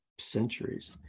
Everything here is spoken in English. Centuries